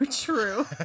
true